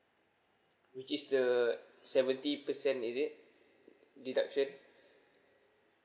which is the seventy percent is it deduction